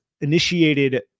initiated